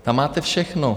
Tam máte všechno.